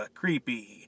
creepy